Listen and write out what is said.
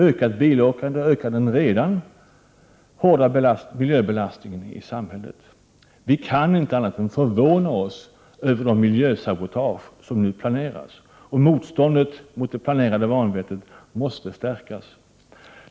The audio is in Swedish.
Ökat bilåkande ökar den redan stora miljöbelastningen i samhället. Vi kan inte annat än förvåna oss över de miljösabotage som nu planeras. Motståndet mot det planerade vanvettet måste stärkas.